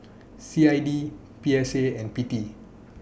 C I D P S A and P T